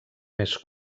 més